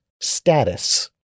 status